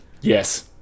Yes